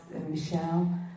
Michelle